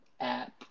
app